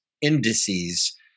indices